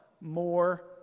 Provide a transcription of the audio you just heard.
more